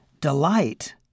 delight